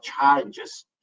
challenges